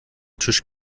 tisch